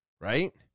right